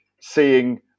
seeing